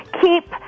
keep